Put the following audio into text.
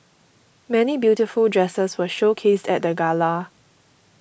many beautiful dresses were showcased at the gala